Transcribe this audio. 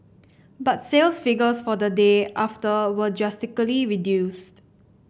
but sales figures for the day after were drastically reduced